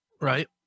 Right